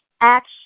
action